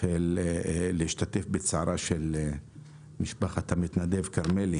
להשתתף בצערה של משפחת המתנדב כרמלי,